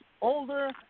older